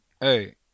Hey